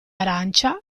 arancia